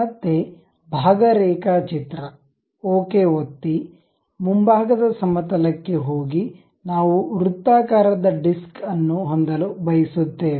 ಮತ್ತೆ ಭಾಗ ರೇಖಾಚಿತ್ರ ಓಕೆ ಒತ್ತಿ ಮುಂಭಾಗದ ಸಮತಲ ಕ್ಕೆ ಹೋಗಿ ನಾವು ವೃತ್ತಾಕಾರದ ಡಿಸ್ಕ್ ಅನ್ನು ಹೊಂದಲು ಬಯಸುತ್ತೇವೆ